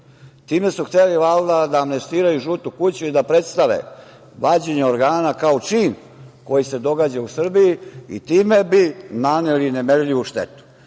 Time su hteli valjda da amnestiraju „Žutu kuću“ i da predstave vađenje organa kao čin koji se događa u Srbiji i time bi naneli nemerljivu štetu.